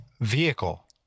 vehicle